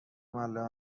معلم